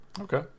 okay